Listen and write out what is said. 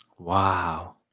Wow